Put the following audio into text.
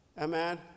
Amen